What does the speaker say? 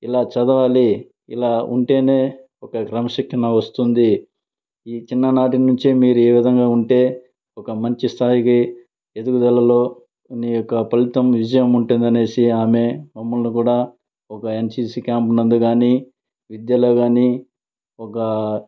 ఇలా చదవాలి ఇలా ఉంటేనే ఒక క్రమశిక్షణ వస్తుంది ఇది చిన్ననాటినుంచే మీరు ఈ విధంగా ఉంటే ఒక మంచి స్థాయికి ఎదుగుదలలో నీ యొక్క ఫలితం విజయం ఉంటుంది అనేసి ఆమె మమ్మల్ని కూడ ఒక ఎన్సీసీ క్యాంపు నందు గాని విద్యలో గాని ఒక